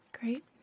Great